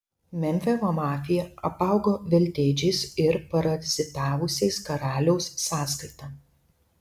memfio mafija apaugo veltėdžiais ir parazitavusiais karaliaus sąskaita